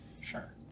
Sure